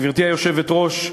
גברתי היושבת-ראש,